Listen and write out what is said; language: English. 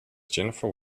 jennifer